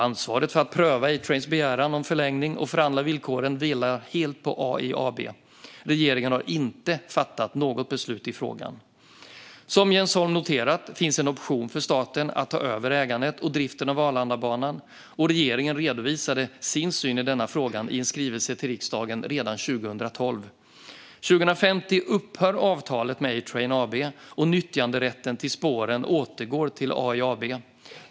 Ansvaret för att pröva A-Trains begäran om förlängning och förhandla villkoren vilar helt på AIAB. Regeringen har inte fattat något beslut i frågan. Som Jens Holm noterat finns en option för staten att ta över ägandet och driften av Arlandabanan. Regeringen redovisade sin syn i denna fråga i en skrivelse till riksdagen redan 2012. År 2050 upphör avtalet med A-Train AB, och nyttjanderätten till spåren återgår till AIAB.